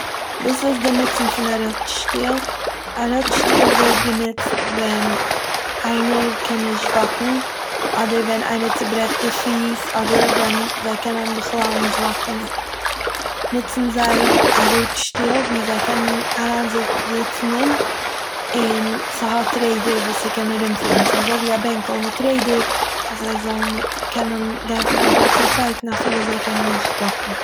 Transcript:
וואס איז די נוצן פון א ראד שטוהל? א ראד שטוהל ווערט איינער קען נישט וואקן. אדער ווען איינער צוברעכט די פיס, אדער ווען זיי קענען בכלל נישט וואקן נוצן זיי א ראד שטוהל וואו זיי קענען אריינזו- זוצן אין, און ס'האט רעדער ס'זאל קענען ארומפארן. ס'איז אזויווי א בענקל מיט רעדער אז זיי זאלן נ- קענען גיין פון איין פלאץ צו צווייטן אפילו זיי קענען נישט וואקן.